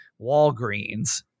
Walgreens